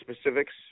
specifics